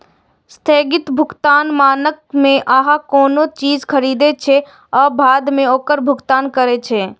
स्थगित भुगतान मानक मे अहां कोनो चीज खरीदै छियै आ बाद मे ओकर भुगतान करै छियै